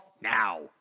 now